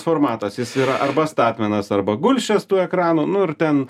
formatas jis yra arba statmenas arba gulsčias tų ekranų nu ir ten